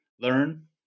learn